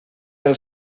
del